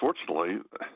unfortunately